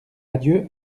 adieu